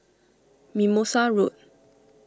Mimosa Road